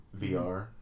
VR